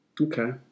Okay